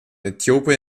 äthiopien